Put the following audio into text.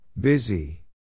Busy